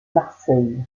marseille